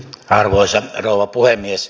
arvoisa rouva puhemies